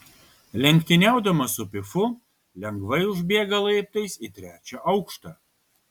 lenktyniaudamas su pifu lengvai užbėga laiptais į trečią aukštą